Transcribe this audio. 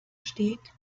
steht